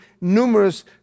numerous